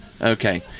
Okay